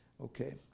Okay